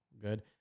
good